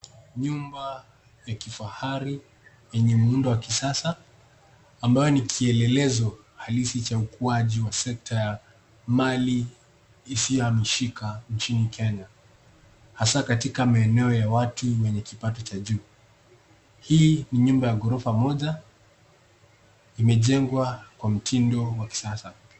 Nyumba ya kifahari, yenye muundo wa kisasa, ambayo ni kielelezo halisi cha ukuaji wa sekta ya mali isiyohamishika, nchini Kenya. Hasaa katika maeneo ya watu wenye kipato cha juu. Hii ni nyumba ya ghorofa moja, imejengwa kwa mtindo wa kisasa.